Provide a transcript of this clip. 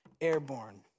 airborne